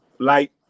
light